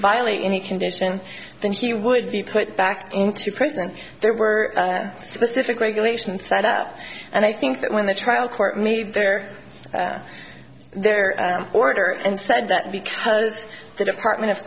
violate any conditions then he would be put back into prison there were specific regulations that up and i think that when the trial court made their their order and said that because the department of